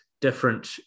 different